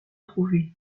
trouvés